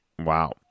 Wow